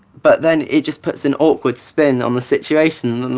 but then it just puts an awkward spin on the situation. and